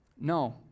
No